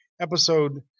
episode